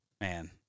Man